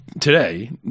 today